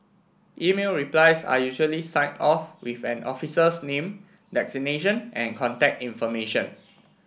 email replies are usually signed off with an officer's name designation and contact information